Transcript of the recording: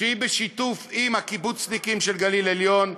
היא בשיתוף עם הקיבוצניקים של הגליל העליון,